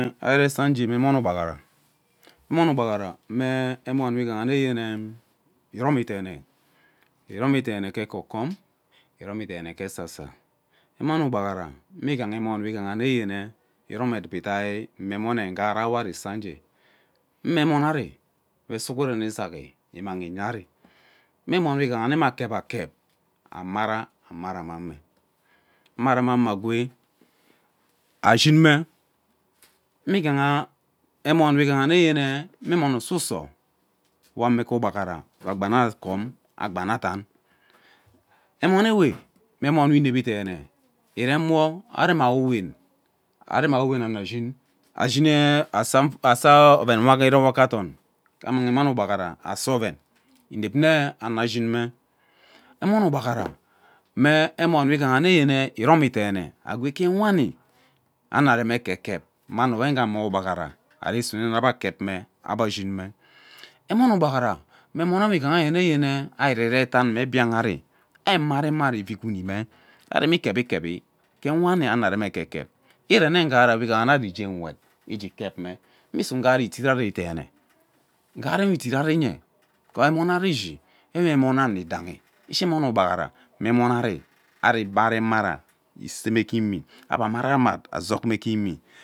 Emon we ari irisa ngere me emon me ugbabhara emon we ighaha nyeyen iromi deene, iromi deene gee esasa enon ugbaghara mme igha emon we ighaha nyene ee iromi edubo idai mme emone nghara we ari isaa ngee. eme emon ari we sughmen isahi immang iyeri mme emon we igha mme mme akep kep amara, amaramme amaramame agwee ashin me ime ighaa ime igha emon we ighayene me emon ususo we gha ugbaghara me emon ususo we gha ugbaghara we agbana asa agbawu akom, agbane adam enom ewe me wmon we ineri deene iremwe arem awowen areawowen ano ashin ashin asaa ase oven we ire owoga gee adon gee ammang emon ugbaghara asa oven inep mme amuma shin, emon ugbaghara me emon we ighane yene iromi deene agwe ke wani ano areme eke kep ama ano wenge mme ugaghara arisune nne ebe kep me ebe shin emon ugbaghara me emon ewe ighayene ari reme idan me biang ari, ari mmara mmara ivuu gwunime ari me kevi kevi ke wani ano are me eke kep irene ughara we ighaha ugiee ani ari jee nwet igee kep me imusu ughara idit ari deene ughara ugee edu ari ngee emon ari ishin nwe me emon ano idohi ishi emone ugbaghara mme iseme ke imie ebe amari azodme ke imme.